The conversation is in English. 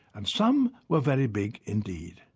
and some were very big indeed.